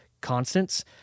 constants